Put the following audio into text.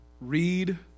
read